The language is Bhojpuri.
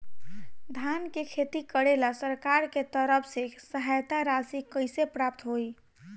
धान के खेती करेला सरकार के तरफ से सहायता राशि कइसे प्राप्त होइ?